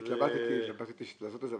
אני התלבטתי אם לעשות את זה,